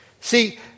See